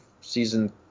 season